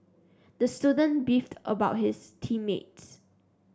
the student beefed about his team mates